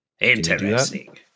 Interesting